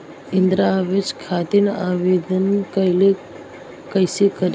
इंद्रा आवास खातिर आवेदन कइसे करि?